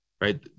Right